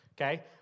Okay